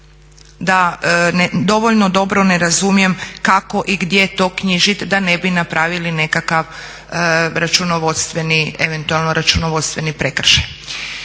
a dovoljno dobro ne razumijem kako i gdje to knjižit da ne bi napravili nekakav računovodstveni, eventualno računovodstveni prekršaj.